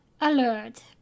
alert